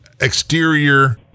exterior